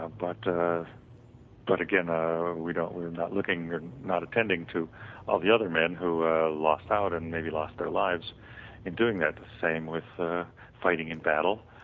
ah but but again, ah we don't we're not looking, we're not attending to all the other men who lost out and maybe lost their lives in doing that the same with fighting in battle,